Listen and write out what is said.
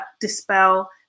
dispel